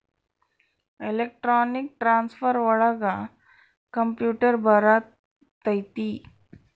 electronic transfer ಒಳಗ computer ಬರತೈತಿ